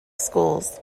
schools